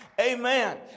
Amen